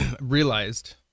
realized